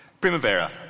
Primavera